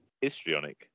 Histrionic